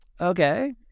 okay